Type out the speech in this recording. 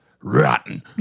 rotten